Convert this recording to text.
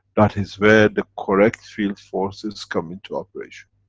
that is where the correct field-forces come into operation.